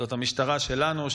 זאת המשטרה שלנו,